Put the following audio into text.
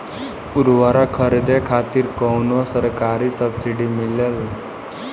उर्वरक खरीदे खातिर कउनो सरकारी सब्सीडी मिलेल?